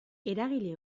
eragile